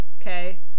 Okay